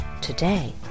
Today